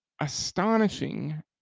astonishing